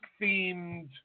themed